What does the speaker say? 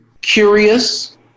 curious